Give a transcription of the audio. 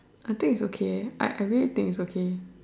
I think it's okay eh I I really think it's okay